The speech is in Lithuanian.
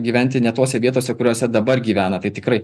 gyventi ne tose vietose kuriose dabar gyvena tai tikrai